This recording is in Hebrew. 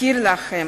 אזכיר לכם,